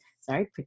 sorry